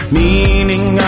meaning